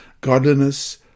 godliness